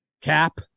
Cap